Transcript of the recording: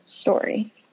story